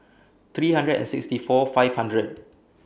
three hundred and sixty four five hundred